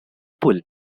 pull